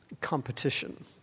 competition